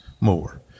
more